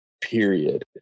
period